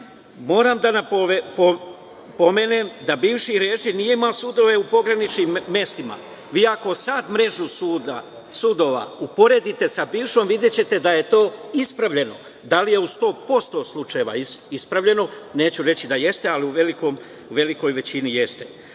moram da napomenem da bivši režim nije imao sudove u pograničnim mestima. Ako sada mrežu sudova uporedite sa bivšom videćete da je to ispravljeno. Da li je to u 100% ispravljeno? Neću reći da jeste, ali u velikoj većini jeste.